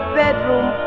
bedroom